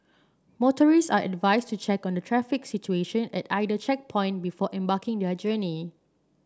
motorists are advised to check on the traffic situation at either checkpoint before embarking their journey